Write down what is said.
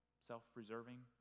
self-preserving